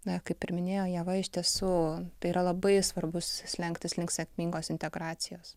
na kaip ir minėjo ieva iš tiesų tai yra labai svarbus slenkstis link sėkmingos integracijos